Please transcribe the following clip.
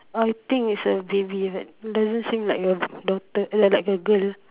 I think it's a baby that doesn't seem like a daughter like like a girl